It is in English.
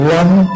one